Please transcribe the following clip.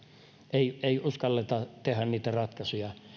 ei ei uskalleta tehdä niitä ratkaisuja